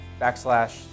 backslash